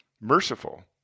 Merciful